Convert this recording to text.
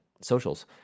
socials